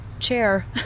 chair